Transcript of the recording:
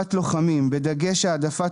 תחומים שעדיף שנתי לא יעסוק בהם.